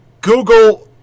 Google